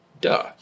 Duh